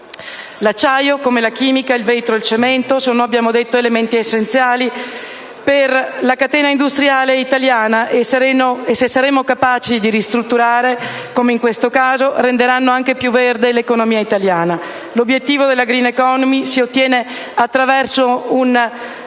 L'acciaio, come la chimica, il vetro e il cemento sono elementi essenziali per la catena industriale italiana e, se saremo capaci di ristrutturare come in questo caso, renderanno anche più verde l'economia italiana. L'obiettivo della *green economy* si ottiene attraverso